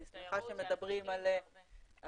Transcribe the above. אני שמחה שמדברים על עסקים,